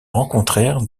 rencontrèrent